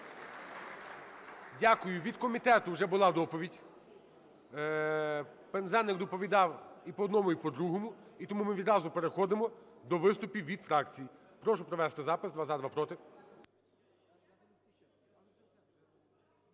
Дякую. Від комітету вже була доповідь. Пинзеник доповідав і по одному, і по другому. І тому ми відразу переходимо до виступів від фракцій. Прошу провести запис: два – "за", два – "проти".